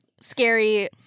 scary